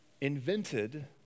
invented